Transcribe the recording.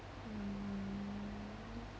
mm